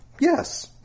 Yes